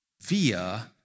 via